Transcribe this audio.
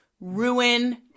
ruin